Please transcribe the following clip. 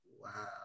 Wow